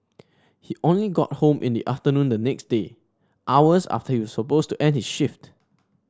he only got home in the afternoon the next day hours after he was supposed to end his shift